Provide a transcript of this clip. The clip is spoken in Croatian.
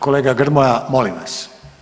kolega Grmoja molim vas.